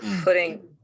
putting